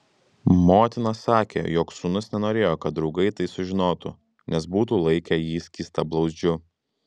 motina sakė jog sūnus nenorėjo kad draugai tai sužinotų nes būtų laikę jį skystablauzdžiu